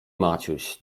maciuś